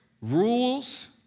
Rules